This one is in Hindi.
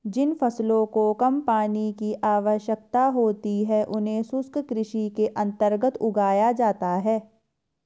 जिन फसलों को कम पानी की आवश्यकता होती है उन्हें शुष्क कृषि के अंतर्गत उगाया जाता है